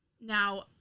Now